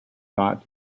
thought